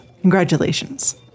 Congratulations